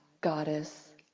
goddess